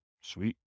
Sweet